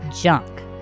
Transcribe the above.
junk